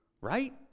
Right